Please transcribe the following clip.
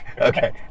Okay